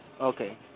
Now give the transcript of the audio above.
Okay